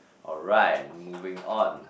alright moving on